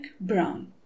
Brown